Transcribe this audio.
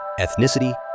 ethnicity